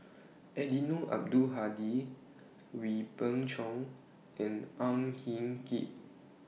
Eddino Abdul Hadi Wee Beng Chong and Ang Hin Kee